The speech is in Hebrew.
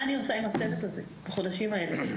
מה אני עושה עם הצוות הזה בחודשים האלה?